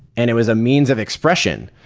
and it was a means of expression.